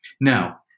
Now